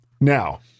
Now